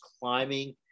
climbing